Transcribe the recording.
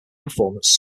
performance